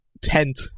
tent